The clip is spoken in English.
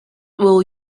will